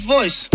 Voice